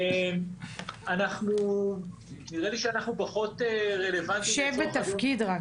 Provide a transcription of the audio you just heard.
נדמה לי שאנחנו פחות רלוונטיים בתוך הדיון.